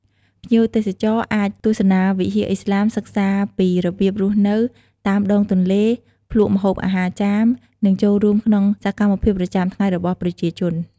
ភ្ញៀវទេសចរអាចទស្សនាវិហារឥស្លាម សិក្សាពីរបៀបរស់នៅតាមដងទន្លេ ភ្លក្សម្ហូបអាហារចាម និងចូលរួមក្នុងសកម្មភាពប្រចាំថ្ងៃរបស់ប្រជាជន។